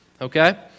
okay